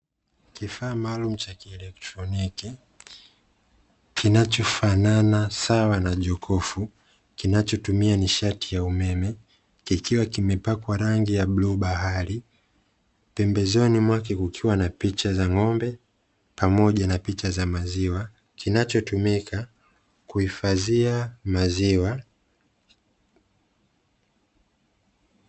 Kifaa maalumu cha kieletroniki kinachofanana sawa na jokofu kinachotumia nishati ya umeme, kikiwa kimepakwa rangi ya bluu bahari. pembezoni mwake kukiwa na picha za ng'ombe pamoja na picha za maziwa, kinachotumika kuhifadhia maziwa.